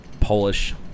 Polish